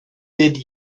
did